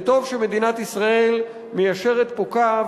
וטוב שמדינת ישראל מיישרת פה קו